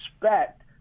respect